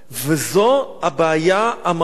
זאת הבעיה המהותית,